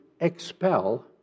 expel